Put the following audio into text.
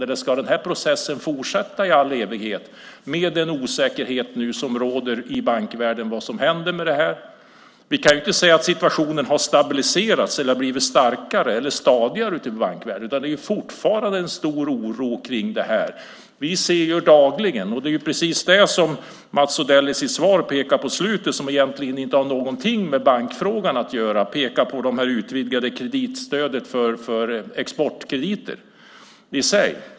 Eller ska processen fortsätta i all evighet med den osäkerhet som nu råder i bankvärlden om vad som händer med detta? Vi kan inte säga att situationen i bankvärlden har stabiliserats eller blivit starkare och stadigare. Det är fortfarande en stor oro för detta. Vi ser det dagligen. Det är precis som Mats Odell pekar på i slutet av sitt svar. Det har egentligen inte någonting med bankfrågan att göra. Det handlar om det utvidgade stödet för exportkrediter.